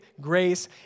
grace